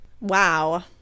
wow